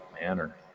manner